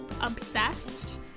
Obsessed